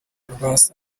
rwasa